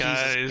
Guys